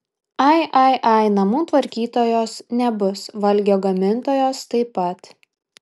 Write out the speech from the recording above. ai ai ai namų tvarkytojos nebus valgio gamintojos taip pat